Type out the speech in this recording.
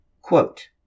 quote